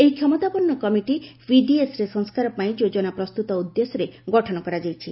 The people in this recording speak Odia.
ଏହି କ୍ଷମତାପନ୍ନ କମିଟି ପିଡିଏସ୍ରେ ସଂସ୍କାର ପାଇଁ ଯୋଜନା ପ୍ରସ୍ତୁତ ଉଦ୍ଦେଶ୍ୟରେ ଗଠନ କରାଯାଇଛି